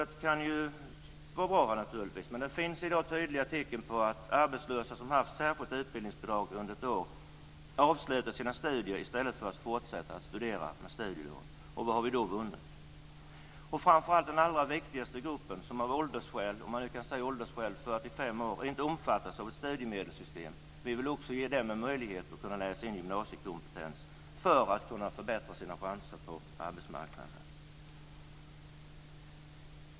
Det kan naturligtvis vara bra, men det finns i dag tydliga tecken på att arbetslösa som har haft särskilt utbildningsbidrag under ett år avslutar sina studier i stället för att fortsätta att studera med studielån. Vad har vi då vunnit? Framför allt är det den allra viktigaste gruppen, som av åldersskäl - om man nu kan säga åldersskäl när det handlar om dem som är över 45 år - inte omfattas av studiemedelssystemet.